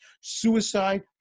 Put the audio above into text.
suicide